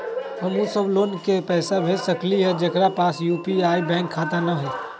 हम उ सब लोग के पैसा भेज सकली ह जेकरा पास यू.पी.आई बैंक खाता न हई?